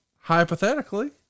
hypothetically